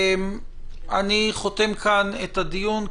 אני חותם כאן את הדיון.